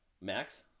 Max